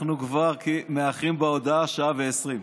אנחנו כבר מאחרים בהודעה בשעה ו-20 דקות,